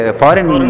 foreign